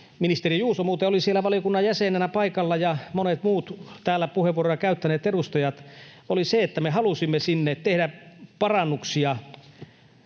ministeri Juuso muuten oli siellä valiokunnan jäsenenä paikalla ja monet muut täällä puheenvuoroja käyttäneet edustajat — oli se, että me halusimme tehdä parannuksia